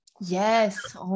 Yes